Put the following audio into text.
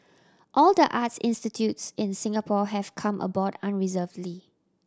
all the arts institutes in Singapore have come aboard unreservedly